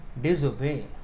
disobey